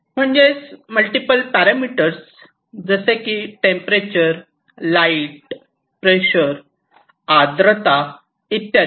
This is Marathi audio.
म्हणजेच मल्टिपल पॅरामीटर्स जसे की टेंपरेचर लाईट प्रेशर आर्द्रता इत्यादी